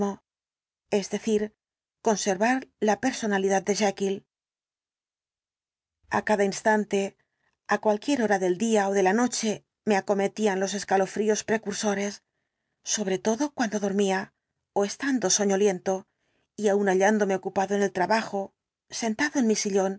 es decir conservar la personalidad de jekyll a cada instante á cualquiera hora del día ó de la noche me acometían los escalofríos precursores sobre todo cuando dormía ó estando soñoliento y aun hallándome ocupado en el trabajo sentado en mi sillón